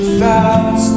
felt